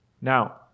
Now